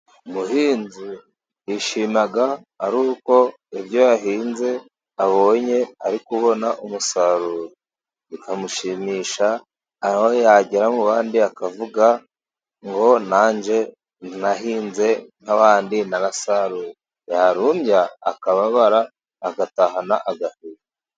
Umuhinzi yishima ari uko ibyo yahinze abonye ari kubona umusaruro bikamushimisha, aho yagera mu bandi akavuga ngo nanjye nahinze nk'abandi narasaruye. Yarumbya akababara agatahana agahinda.